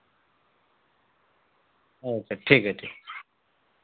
اچھا ٹھیک ہے ٹھیک